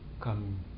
come